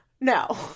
No